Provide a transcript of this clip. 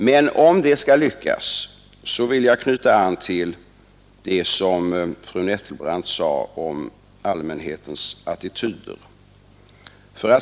Men i frågan om det skall lyckas vill jag knyta an till det som fru Nettelbrandt sade om allmänhetens attityder.